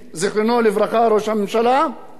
החליטה לפרק את האיחוד,